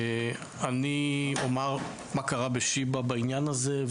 אני אומר מה קרה ב"שיבא" בעניין הזה,